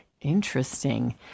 Interesting